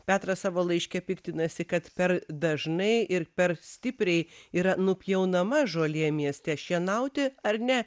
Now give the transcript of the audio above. petras savo laiške piktinasi kad per dažnai ir per stipriai yra nupjaunama žolė mieste šienauti ar ne